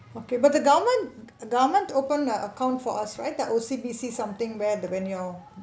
okay but the government government open a account for us right the O_C_B_C something where the when your